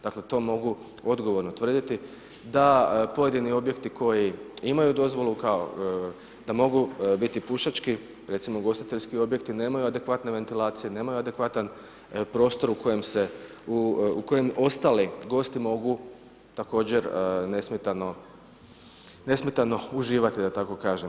Dakle to mogu odgovorno tvrditi da pojedini objekti koji imaju dozvolu kao da mogu biti pušački, recimo ugostiteljski objekti nemaju adekvatne ventilacije, nemaju adekvatan prostor u kojem se, u kojem ostali gosti mogu također nesmetano uživati da tako kažem.